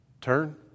Turn